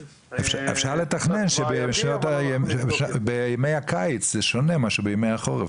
אפשר לתכנן שבימי הקיץ זה שונה ממה שבימי החורף.